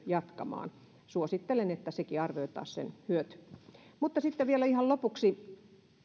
jatkamaan suosittelen että sen hyöty arvioitaisiin mutta sitten vielä ihan lopuksi